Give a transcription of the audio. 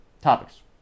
topics